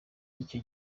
icyo